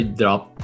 drop